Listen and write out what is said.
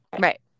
Right